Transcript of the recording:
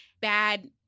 bad